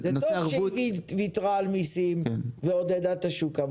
זה טוב שהיא ויתרה על מסים ועודדה את השוק,